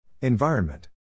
Environment